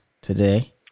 today